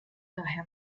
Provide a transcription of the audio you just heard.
daher